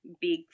big